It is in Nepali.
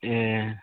ए